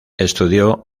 estudió